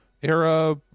era